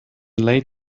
late